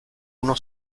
uno